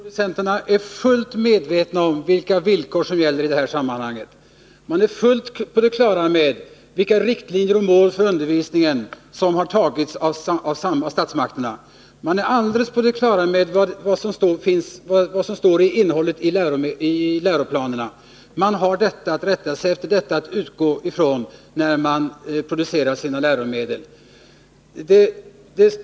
Herr talman! Läromedelsproducenterna är fullt medvetna om vilka villkor som gäller i det här sammanhanget. De är helt på det klara med vilka riktlinjer och mål för undervisningen som har beslutats av statsmakterna, och de är också på det klara med vad som står i läroplanerna. Detta är vad de har att rätta sig efter och utgå ifrån när de producerar sina läromedel.